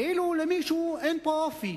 כאילו למישהו אין פה אופי.